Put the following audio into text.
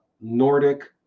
Nordic